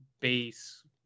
base